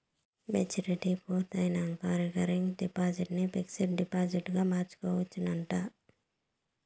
maturity పూర్తయినంక recurring deposit ని fixed డిపాజిట్గ మార్చుకోవచ్చునంట